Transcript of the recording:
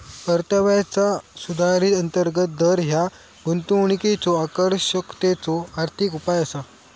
परताव्याचा सुधारित अंतर्गत दर ह्या गुंतवणुकीच्यो आकर्षकतेचो आर्थिक उपाय असा